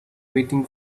waiting